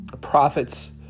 prophets